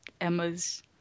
Emma's